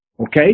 Okay